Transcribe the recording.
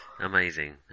Amazing